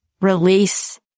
release